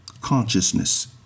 consciousness